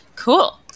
Cool